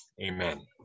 Amen